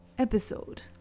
Episode